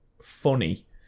funny